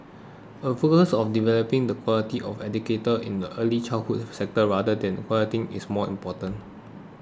a focus on developing the quality of educator in the early childhood sector rather than quantity is more important